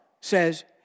says